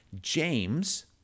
James